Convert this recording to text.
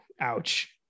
ouch